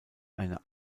eine